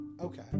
okay